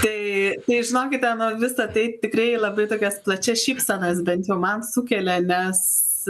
tai tai žinokite na visa tai tikrai labai tokias plačias šypsenas bent jau man sukelia nes